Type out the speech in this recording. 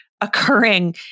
occurring